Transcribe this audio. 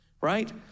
Right